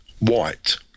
white